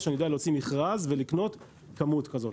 אני יודע שצריך להוציא מכרז ולקנות כמות כזאת.